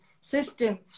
system